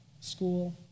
school